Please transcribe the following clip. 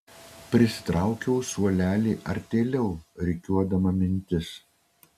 prisitraukiau suolelį artėliau rikiuodama mintis